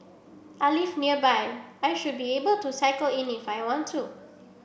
I live nearby I should be able to cycle in if I want to